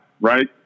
Right